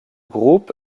groupe